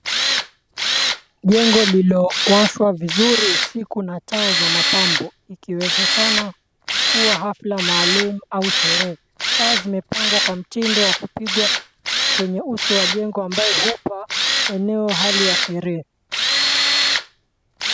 Jengo lililowashwa vizuri usiku na taa za mapambo, ikiwezekana kuwa hafla maalumu au sherehe. Taa zimepangwa kwa mtindo wa kupigwa kwenye uso wa jengo ambayo hupa eneo hali ya sherehe.